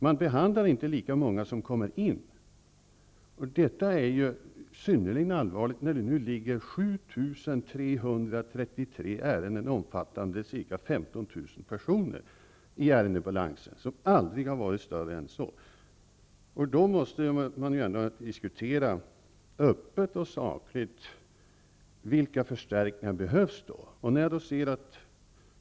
Det är inte lika många ärenden som behandlas som kommer in. Det är synnerligen allvarligt. Det finns för närvarande 7 333 ärenden som omfattar ca 15 000 personer i ärendebalansen -- som aldrig har varit större. Därför måste det bli en öppen och saklig diskussion om vilka förstärkningar som behövs.